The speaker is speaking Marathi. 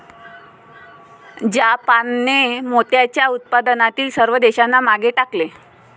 जापानने मोत्याच्या उत्पादनातील सर्व देशांना मागे टाकले